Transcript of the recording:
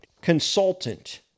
Consultant